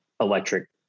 electric